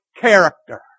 character